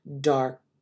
dark